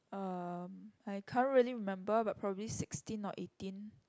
uh I can't really remember but probably sixteen or eighteen